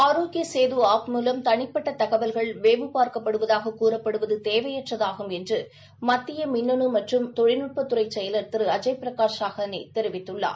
ஆரோக்கிய Setu app மூவம் தனிப்பட்ட தகவல்கள் வேவு பார்க்கப்படுவதாக கூறப்படுவது தேவையற்றதாகும் என்று மத்திய மிண்ணனு மற்றும் தொழில்நுட்பத் துறை செயலர் திரு அஜய் பிரகாஷ் சாஹணி தெரிவித்துள்ளார்